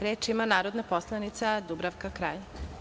Reč ima narodna poslanica Dubravka Kralj.